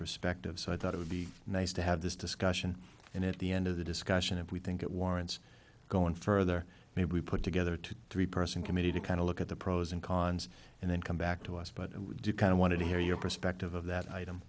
perspective so i thought it would be nice to have this discussion and at the end of the discussion if we think it warrants going further maybe we put together two three person committee to kind of look at the pros and cons and then come back to us but i would do kind of want to hear your perspective of that item